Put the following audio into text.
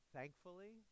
Thankfully